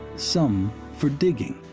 some for digging,